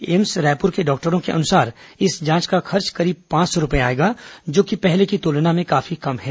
AIIMS के डॉक्टरों के अनुसार इस जांच का खर्च करीब पांच सौ रूपए आएगा जो कि पहले की तुलना में काफी कम है